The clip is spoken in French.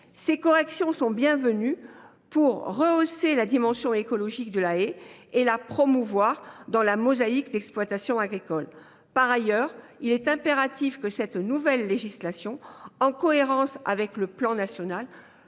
Ces corrections sont bienvenues pour rehausser la dimension écologique de la haie et la promouvoir dans la mosaïque des exploitations agricoles. Par ailleurs, il est impératif que cette nouvelle législation, en cohérence avec le plan national,